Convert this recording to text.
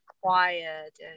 quiet